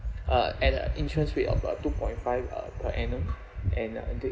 uh at uh interest rate of uh two point five uh per annum and uh